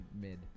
mid